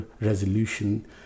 resolution